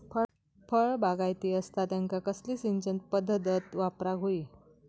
फळबागायती असता त्यांका कसली सिंचन पदधत वापराक होई?